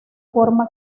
forma